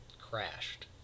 crashed